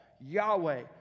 Yahweh